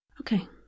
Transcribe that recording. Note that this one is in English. Okay